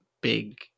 big